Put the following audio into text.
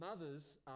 Mothers